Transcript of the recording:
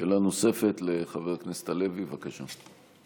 שאלה נוספת לחבר הכנסת לוי, בבקשה.